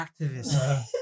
Activist